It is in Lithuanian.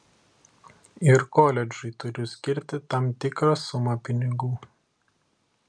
ir koledžui turiu skirti tam tikrą sumą pinigų